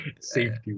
Safety